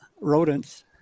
rodents